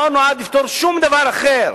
הוא לא נועד לפתור שום דבר אחר.